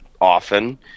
often